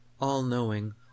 all-knowing